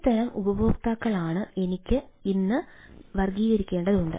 ഏത് തരം ഉപയോക്താക്കളാണ് എന്ന് എനിക്ക് വർഗ്ഗീകരിക്കേണ്ടതുണ്ട്